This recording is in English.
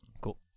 Cool